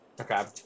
Okay